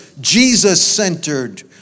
Jesus-centered